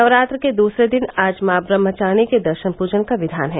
नवरात्र के दसरे दिन आज मॉ ब्रम्हचारिणी के दर्शन पूजन का विधान है